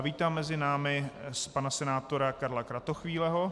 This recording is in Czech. Vítám mezi námi pana senátora Karla Kratochvíleho.